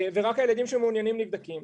ורק הילדים שמעוניינים נבדקים.